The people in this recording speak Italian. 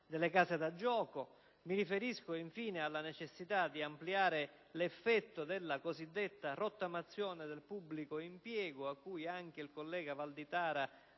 delle case da gioco; mi riferisco, infine, alla necessità di ampliare l'effetto della cosiddetta «rottamazione del pubblico impiego» cui anche il collega Valditara,